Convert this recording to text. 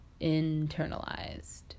internalized